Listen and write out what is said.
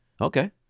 Okay